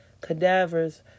cadavers